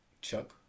Chuck